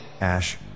ash